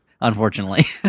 unfortunately